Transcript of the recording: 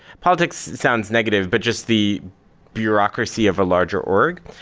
politics sounds negative, but just the bureaucracy of a larger org.